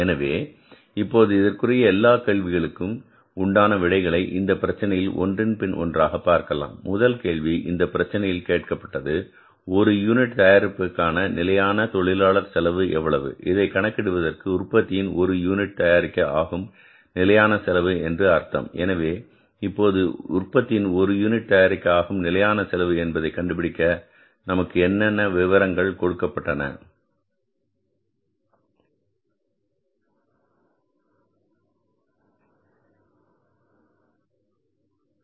எனவே இப்போது இதற்குரிய எல்லா கேள்விகளுக்கு உண்டான விடைகளை இந்த பிரச்சினையில் ஒன்றன்பின் ஒன்றாக பார்க்கலாம் முதல் கேள்வி இந்த பிரச்சினையில் கேட்கப்பட்டது ஒரு யூனிட்டுக்கு தயாரிப்பின்நிலையான தொழிலாளர் செலவு எவ்வளவு இதை கணக்கிடுவதற்கு உற்பத்தியின் ஒரு யூனிட் தயாரிக்க ஆகும் நிலையான செலவு என்று அர்த்தம் எனவே இப்போது உற்பத்தியின் ஒரு யூனிட் தயாரிக்க ஆகும் நிலையான செலவு என்பதை கண்டுபிடிக்க நமக்கு கொடுக்கப்பட்டுள்ள விவரங்கள் என்ன